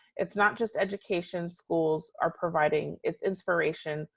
it's not just education schools are providing, it's inspiration,